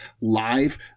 live